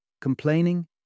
Complaining